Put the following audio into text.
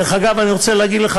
דרך אגב, אני רוצה להגיד לך